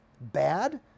bad